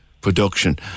production